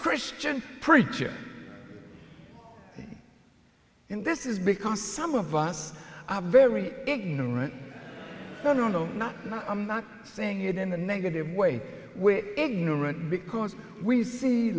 christian preacher and this is because some of us are very ignorant oh no no i'm not i'm not saying it in the negative way ignorant because we see